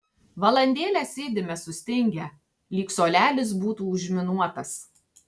valandėlę sėdime sustingę lyg suolelis būtų užminuotas